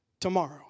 tomorrow